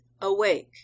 awake